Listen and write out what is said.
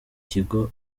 kigo